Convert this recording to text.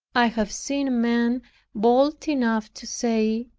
i have seen men bold enough to say,